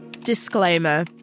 Disclaimer